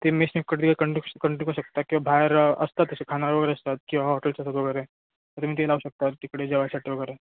ते मेस तिकडे कंटिश कंटिन्यू करू शकता किंवा बाहेर असतात असे खानावळ वगैरे असतात किंवा हॉटेल्स असतात वगैरे तर तुम्ही ते लावू शकतात तिकडे जेवायसाठी वगैरे